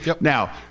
now